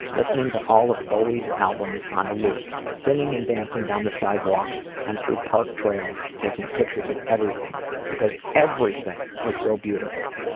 listening to all of bowie's album on a loop, singing and dancing down a sidewalk so and through park trails, taking pictures of everything because everything was so beautiful.